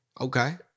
Okay